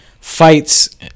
fights